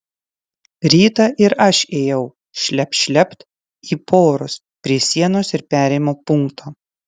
rytą ir aš ėjau šlept šlept į porus prie sienos ir perėjimo punkto